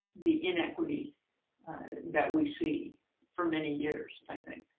the inequity that we see for many years, i think,